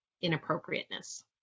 inappropriateness